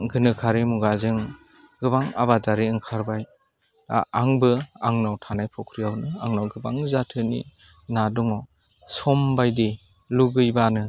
गोनोखोआरि मुगाजों गोबां आबादारि ओंखारबाय आंबो आंनाव थानाय फख्रियावनो आंनाव गोबां जाथोनि ना दङ समबायदि लुगैबानो